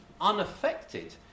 unaffected